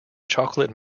chocolate